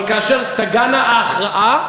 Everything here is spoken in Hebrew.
אבל כאשר תגיע ההכרעה,